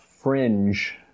fringe